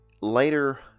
later